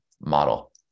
model